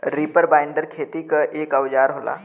reaper binder खेती क एक औजार होला